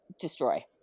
destroy